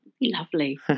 Lovely